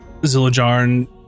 Zillajarn